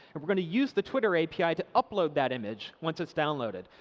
and we're going to use the twitter api to um download that image once it's downloaded.